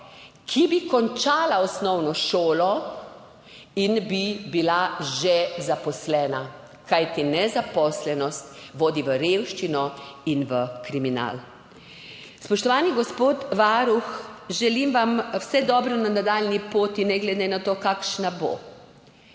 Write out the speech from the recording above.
ki bi končala osnovno šolo in bi bila že zaposlena. Kajti nezaposlenost vodi v revščino in v kriminal. Spoštovani gospod varuh, želim vam vse dobro na nadaljnji poti, ne glede na to, kakšna bo.